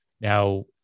Now